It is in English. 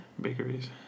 Bakeries